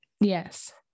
Yes